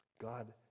God